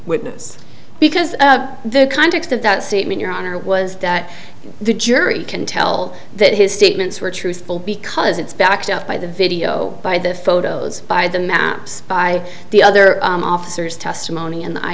witness because the context of that statement your honor was that the jury can tell that his statements were truthful because it's backed up by the video by the photos by the maps by the other officers testimony and eye